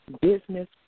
business